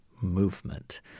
movement